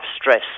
stress